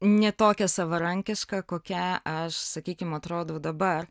ne tokia savarankišką kokia aš sakykim atrodzu dabar